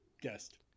guest